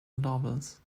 novels